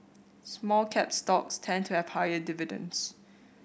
small cap stocks tend to have higher dividends